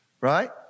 right